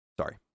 sorry